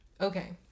Okay